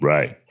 Right